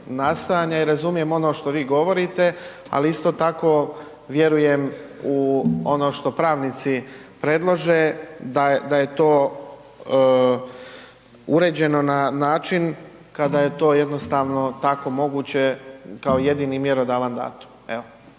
i razumijem ono što vi govorite ali isto tako vjerujem u ono što pravnici predlože, da je to uređeno na način kada je to jednostavno tako moguće kao jedini mjerodavan datum.